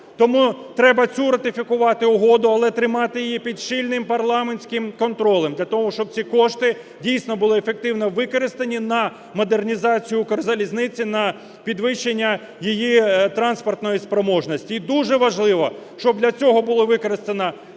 Тому треба цю ратифікувати угоду, але тримати її під щільним парламентським контролем. Для того, щоб ці кошти, дійсно, були ефективно використані на модернізацію "Укрзалізниці", на підвищення її транспортної спроможності. І дуже важливо, щоб для цього була використана праця